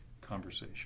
conversation